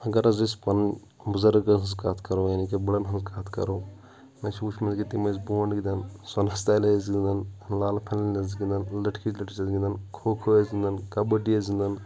اگر حظ أسۍ پَنٕنۍ بُزَرگن ہٕنٛز کَتھ کَرو یعنی کہِ بٕڑَن ہٕنٛز کَتھ کَرو مےٚ چھِ وُچھمُت کہِ تِم ٲسۍ بونٛٹھ گِنٛدان سۄنَس تالہِ ٲسۍ گِنٛدان لالہٕ پھَلٮ۪ن ٲسۍ گِنٛدان لٔٹھکی لٔٹِج ٲسۍ گِنٛدان کھو کھو ٲسۍ گِنٛدان کَبَڈی ٲسۍ گِنٛدان